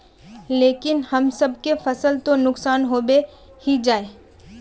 लेकिन हम सब के फ़सल तो नुकसान होबे ही जाय?